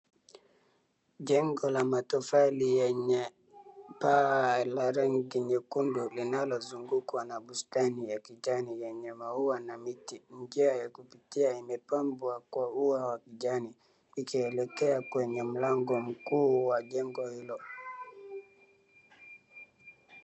Jengo la motafali lenye paa la rangi nyekundu linalozungukwa na bustani ya kijani yenye maua na miti. Njia ya kupitia imepambwa kwa ua wa kijani ikielekea kwenye mlango mkuu wa jengo hilo.